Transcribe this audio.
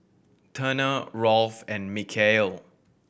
Turner Rolf and Mikeal